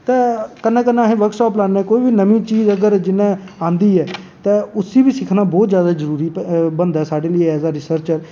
ते कन्नै कन्नै अस वर्कशॉप लान्ने कोई बी नमीं चीज़ अगर जि'नें ई आंदी ऐ ते उसी बी सिक्खना बहुत जरूरी बनदा ऐ साढ़े लेई ऐज ए रिसर्चर